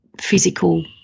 physical